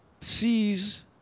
sees